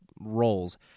Roles